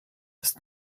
ist